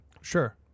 Sure